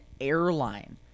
airline